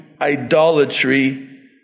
idolatry